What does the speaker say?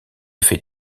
fait